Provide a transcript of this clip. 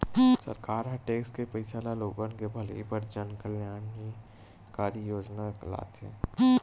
सरकार ह टेक्स के पइसा ल लोगन के भलई बर जनकल्यानकारी योजना लाथे